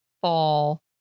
fall